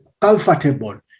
comfortable